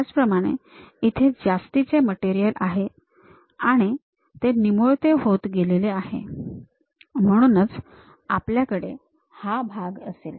त्याचप्रमाणे इथे जास्तीचे मटेरियल आहे आणि निमुळते होत गेलेले आहे आणि म्हणूनच आपल्याकडे हा भाग असेल